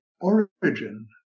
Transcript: origin